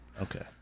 Okay